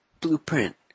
blueprint